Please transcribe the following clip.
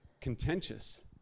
contentious